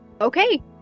okay